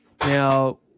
Now